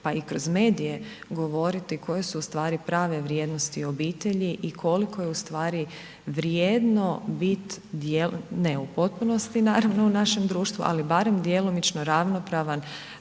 pa i kroz medije govoriti koje su ustvari prave vrijednosti obitelji i koliko je ustvari vrijedno bit djelom ne u potpunosti naravno u našem društvu ali barem djelomično ravnopravan